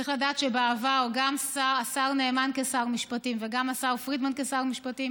צריך לדעת שבעבר גם השר נאמן כשר משפטים וגם השר פרידמן כשר משפטים